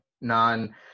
non